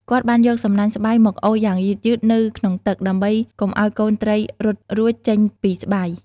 គាត់បានយកសំណាញ់ស្បៃមកអូសយ៉ាងយឺតៗនៅក្នុងទឹក ដើម្បីកុំឲ្យកូនត្រីរត់រួចចេញពីស្បៃ។